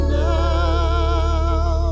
now